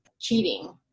cheating